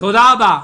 תודה רבה.